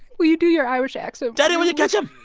will you do your irish accent? derry, will you catch him?